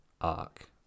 arc